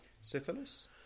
Syphilis